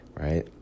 right